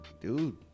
Dude